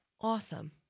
awesome